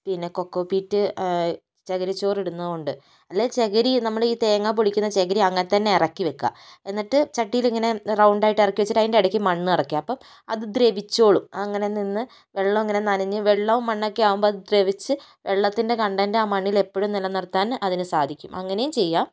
പിന്നെ coco peat ചകിരിച്ചോർ ഇടുന്നതുകൊണ്ട് അല്ല ചകിരി നമ്മളീ തേങ്ങാ പൊളിക്കുന്ന ചകിരി അങ്ങനെ തന്നെ ഇറക്കിവെക്കുക എന്നിട്ട് ചട്ടിയിൽ ഇങ്ങനെ റൗണ്ടായിട്ട് ഇറക്കി വെച്ചിട്ട് അതിന്റെ ഇടയ്ക്ക് മണ്ണ് നിറക്കുക അപ്പം അത് ദ്രവിച്ചോളൂ അങ്ങനെ നിന്ന് വെള്ളം ഇങ്ങനെ നനഞ്ഞ് വെള്ളവും മണ്ണ് ഒക്കെ ആകുമ്പോൾ അത് ദ്രവിച്ച് വെള്ളത്തിൻറെ കണ്ടൻ്റ് ആ മണ്ണിൽ എപ്പോഴും നിലനിർത്താൻ അതിനു സാധിക്കും അങ്ങനെയും ചെയ്യാം